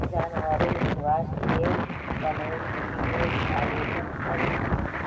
जानवरेर स्वास्थ्येर तने शिविरेर आयोजन करील छिले